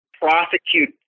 prosecute